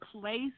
place